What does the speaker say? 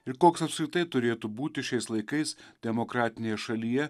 ir koks apskritai turėtų būti šiais laikais demokratinėje šalyje